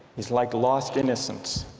is like lost innocence,